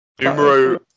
Numero